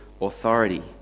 authority